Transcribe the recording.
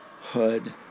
hood